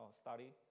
study